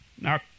Now